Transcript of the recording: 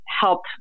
help